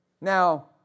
Now